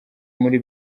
muri